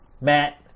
Matt